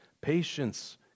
patience